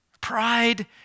Pride